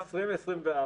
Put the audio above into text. ב-2024,